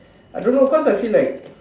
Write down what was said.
I don't know cause I feel like